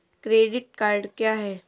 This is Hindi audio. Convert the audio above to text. क्रेडिट कार्ड क्या है?